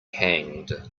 hanged